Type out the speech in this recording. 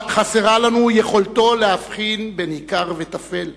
חסרה לנו יכולתו להבחין בין עיקר לטפל.